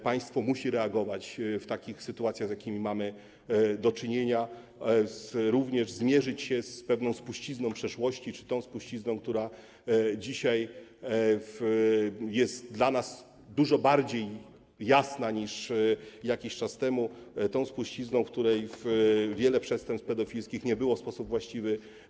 Państwo musi reagować w takich sytuacjach, z jakimi mamy do czynienia, również zmierzyć się z pewną spuścizną przeszłości czy tą spuścizną, która dzisiaj jest dla nas dużo bardziej jasna niż jakiś czas temu, spuścizną, w przypadku której wiele przestępstw pedofilskich nie było ściganych w sposób właściwy.